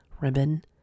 ribbon